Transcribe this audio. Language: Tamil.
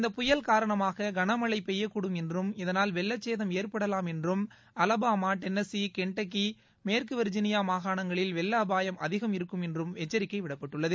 இந்த புயல் காரணமாக கனமழை பெய்யக்கூடும் என்றும் இதனால் வெள்ளச் சேதம் ஏற்படலாம் என்றும் அல்பாமா டென்னசி கெண்டக்கி மேற்கு வெர்ஜினியா மாகாணங்களில் வெள்ள அபாயம் அதிகம் இருக்கும் என்றும் எச்சரிக்கை விடப்பட்டுள்ளது